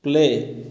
play